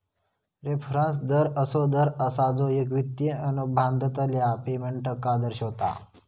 reference दर असो दर असा जो एक वित्तिय अनुबंधातल्या पेमेंटका दर्शवता